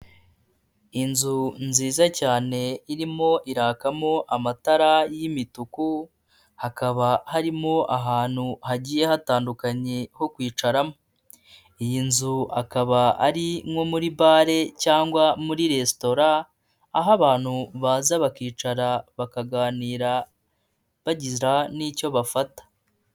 Inzu nziza cyane irimo irakamo amatara y'imituku, hakaba harimo ahantu hagiye hatandukanye ho kwicaramo, iyi nzu akaba ari nko muri bare cyangwa muri resitora aho abantu baza bakicara bakaganira bagira n'icyo bafata.